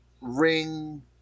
ring